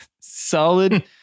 Solid